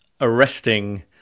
arresting